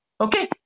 okay